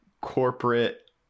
corporate